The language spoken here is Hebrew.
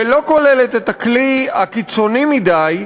ולא כוללת את הכלי הקיצוני מדי,